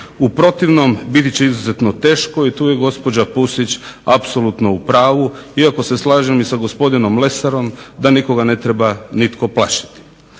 U protivnom biti će izuzetno teško i tu je gospođa Pusić apsolutno u pravu. Iako se slažem i sa gospodinom Lesarom da nikoga ne treba nitko plašiti.